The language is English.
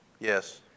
Yes